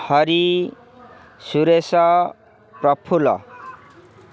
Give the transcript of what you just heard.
Hari Suresh Praful